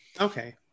Okay